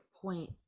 point